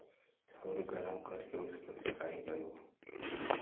और गरम करके उसको सेकाई करो